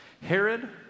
Herod